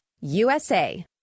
USA